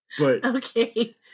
Okay